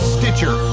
Stitcher